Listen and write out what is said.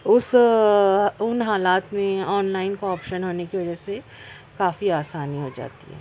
اس ان حالات میں آن لائن کا آپشن ہونے کہ وجہ سے کافی آسانی ہو جاتی ہے